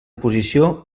posició